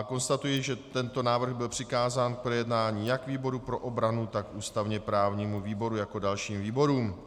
Konstatuji, že tento návrh byl přikázán k projednání jak výboru pro obranu, tak ústavněprávnímu výboru jako dalším výborům.